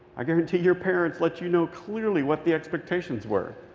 i guarantee your parents let you know clearly what the expectations were.